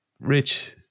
Rich